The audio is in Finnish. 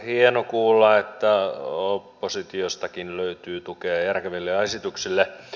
hieno kuulla että oppositiostakin löytyy tukea järkeville esityksille